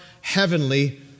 heavenly